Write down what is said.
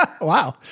wow